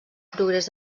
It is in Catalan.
progrés